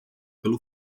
pelo